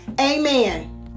amen